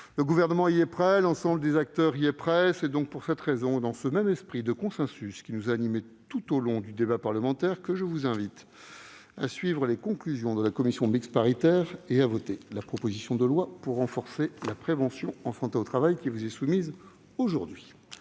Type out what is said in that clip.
Le Gouvernement et l'ensemble des acteurs y sont prêts. C'est pour cette raison, et dans l'esprit de consensus qui nous a animés tout au long du débat parlementaire, que je vous invite à suivre les conclusions de la commission mixte paritaire et à voter la proposition de loi pour renforcer la prévention en santé au travail qui vous est soumise aujourd'hui.